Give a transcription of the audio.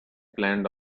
planned